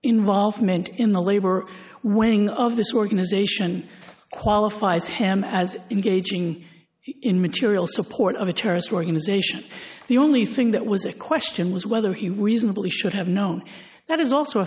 involvement in the labor winning of this organization qualifies him as engaging in material support of a terrorist organization the only thing that was a question was whether he reasonably should have known that is also a